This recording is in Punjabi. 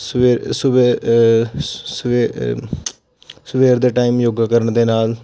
ਸੁ ਸੁਬਹ ਸਵੇਰੇ ਸਵੇਰ ਦੇ ਟਾਈਮ ਯੋਗਾ ਕਰਨ ਦੇ ਨਾਲ